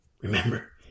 Remember